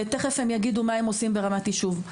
תכף הם יגידו מה הם עושה ברמה של כל ישוב.